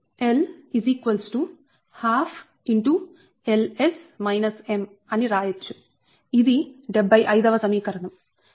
ఇది 75 వ సమీకరణం